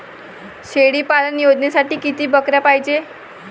शेळी पालन योजनेसाठी किती बकऱ्या पायजे?